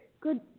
Good